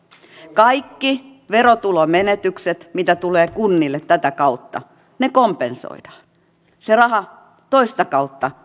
kaikki verotulomenetykset mitä tulee kunnille tätä kautta kompensoidaan se raha osoitetaan kunnille toista kautta